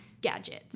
gadgets